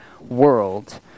world